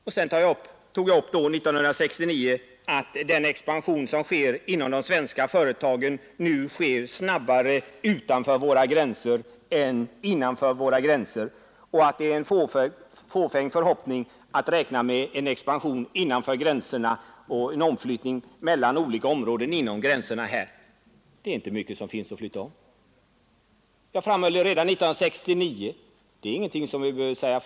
Jag sade vidare 1969 att den expansion som sker inom de svenska företagen nu sker snabbare utanför våra gränser än innanför våra gränser och att det är en fåfäng förhoppning att räkna med en expansion innanför gränserna och en omflyttning mellan olika områden innanför gränserna. Det finns inte mycket att flytta om. Jag framhöll detta redan 1969. Det är inte först i dag som det kan sägas.